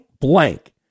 blank